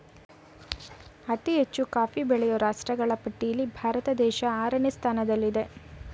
ಅತಿ ಹೆಚ್ಚು ಕಾಫಿ ಬೆಳೆಯೋ ರಾಷ್ಟ್ರಗಳ ಪಟ್ಟಿಲ್ಲಿ ಭಾರತ ದೇಶ ಆರನೇ ಸ್ಥಾನದಲ್ಲಿಆಯ್ತೆ